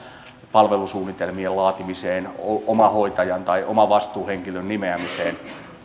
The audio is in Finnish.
palvelusuunnitelmien laatimiseen omahoitajan tai omavastuuhenkilön nimeämiseen